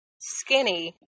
skinny